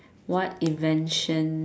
what invention